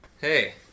Hey